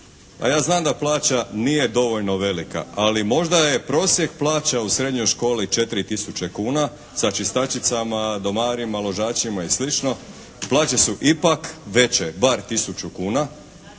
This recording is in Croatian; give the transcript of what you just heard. Pa ja znam da plaća nije dovoljno velika ali možda je prosjek plaća u srednjoj školi 4000 kuna, sa čistačicama, domarima, ložačima i slično. Plaće su ipak veće bar 1000 kuna,